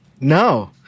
No